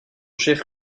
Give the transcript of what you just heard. chef